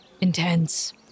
intense